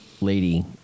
lady